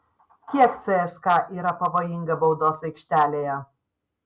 kiek cska yra pavojinga baudos aikštelėje